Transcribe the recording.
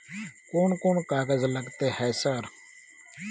कोन कौन कागज लगतै है सर?